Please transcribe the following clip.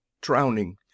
drowning